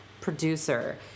producer